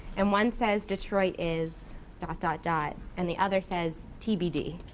and one says, detroit is dot dot dot and, the other says, tbd.